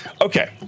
Okay